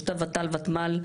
יש את הות״ל ואת הותמ״ל,